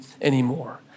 anymore